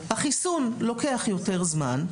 החיסון לוקח יותר זמן,